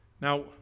Now